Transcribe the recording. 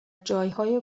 جایهای